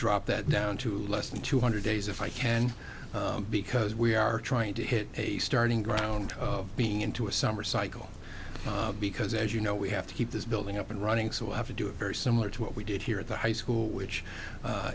drop that down to less than two hundred days if i can because we are trying to hit a starting ground being into a summer cycle because as you know we have to keep this building up and running so i have to do it very similar to what we did here at the high school which